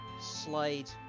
slide